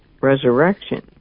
resurrection